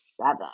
seven